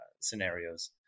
scenarios